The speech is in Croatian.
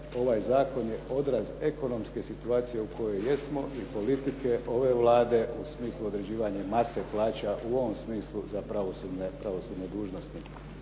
Ovaj zakon je odraz ekonomske situacije u kojoj jesmo i politike ove Vlade u smislu određivanja mase plaća u ovom smislu za pravosudne dužnosnike.